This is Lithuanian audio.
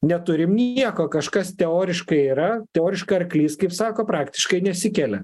neturim nieko kažkas teoriškai yra teoriškai arklys kaip sako praktiškai nesikelia